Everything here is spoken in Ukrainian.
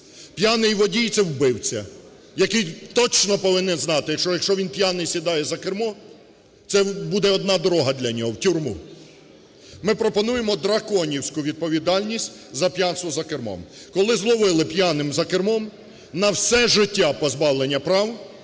П'яний водій – це вбивця, який точно повинен знати, що якщо він п'яний сідає за кермо, це буде одна дорога для нього – в тюрму. Ми пропонуємо драконівську відповідальність за п'янство за кермом. Коли зловили п'яним за кермом – на все життя позбавлення прав